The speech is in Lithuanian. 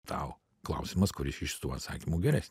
tau klausimas kuris iš šitų atsakymų geresn